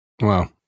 Wow